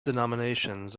denominations